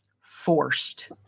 forced